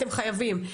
אתם חייבים,